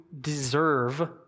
deserve